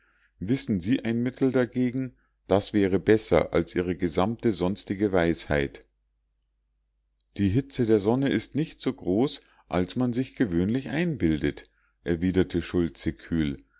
wissen sie ein mittel dagegen das wäre besser als ihre gesamte sonstige weisheit die hitze der sonne ist nicht so groß als man sich gewöhnlich einbildet erwiderte schultze kühl